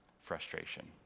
frustration